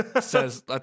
says